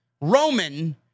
Roman